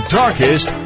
darkest